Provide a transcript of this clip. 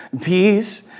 peace